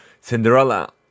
Cinderella